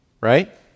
Right